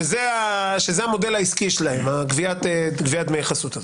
שזה המודל העסקי שלהם, גביית דמי החסות הזאת,